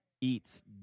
eats